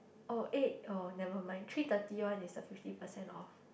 oh eh oh never mind three thirty one is the fifty percent off